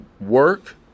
work